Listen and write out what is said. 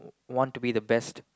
want to be the best